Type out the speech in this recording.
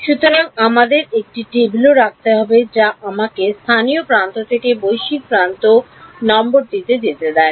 সুতরাং আমাদের একটি টেবিলও রাখতে হবে যা আমাকে স্থানীয় প্রান্ত থেকে বৈশ্বিক প্রান্ত নম্বরটিতে যেতে দেয়